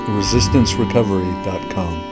resistancerecovery.com